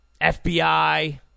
FBI